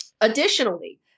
Additionally